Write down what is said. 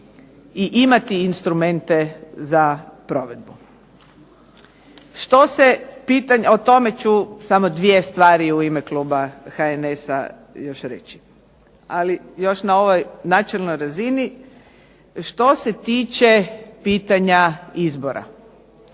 i imati instrumente za provedbu. Što se pitanja, o